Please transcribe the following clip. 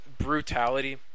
Brutality